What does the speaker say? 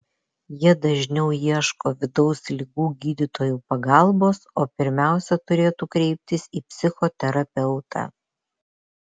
jie dažniau ieško vidaus ligų gydytojų pagalbos o pirmiausia turėtų kreiptis į psichoterapeutą